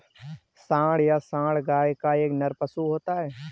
सांड या साँड़ गाय का नर पशु होता है